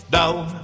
down